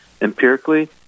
empirically